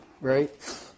right